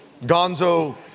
Gonzo